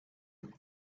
del